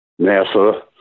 NASA